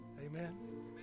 Amen